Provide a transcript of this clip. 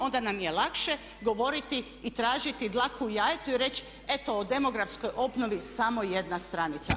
Onda nam je lakše govoriti i tražiti dlaku u jajetu i reći eto o demografskoj obnovi samo jedna stranica.